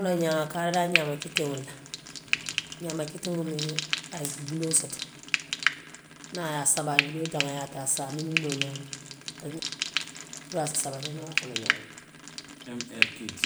: Akunoo la ñaŋo, a ka a dada ñaama kitiŋo le la, ñaamiŋ kiliŋomu ye buloo soto niŋ a ye saba juloo jayaata niŋ a ye a saba a se miniŋ noo ñaamiŋ, puru a se sabati noo a kono ñaamiŋ, m r q.